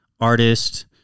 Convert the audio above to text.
artist